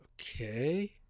Okay